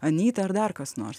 anyta ar dar kas nors